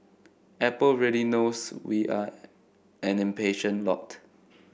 Apple really knows we are an impatient lot